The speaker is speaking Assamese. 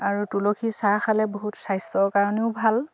আৰু তুলসীৰ চাহ খালে বহুত স্বাস্থ্যৰ কাৰণেও ভাল